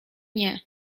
nie